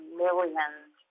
millions